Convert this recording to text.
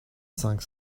cinq